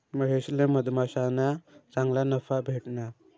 महेशले मधमाश्याना चांगला नफा भेटना